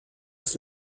das